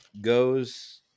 goes